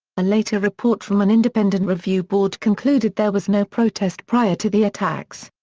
a later report from an independent review board concluded there was no protest prior to the attacks.